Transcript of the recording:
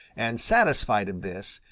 and satisfied of this,